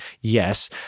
Yes